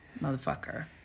motherfucker